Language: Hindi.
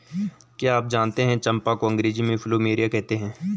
क्या आप जानते है चम्पा को अंग्रेजी में प्लूमेरिया कहते हैं?